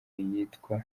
iyitwa